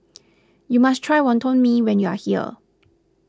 you must try Wonton Mee when you are here